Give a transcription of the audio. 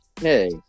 Hey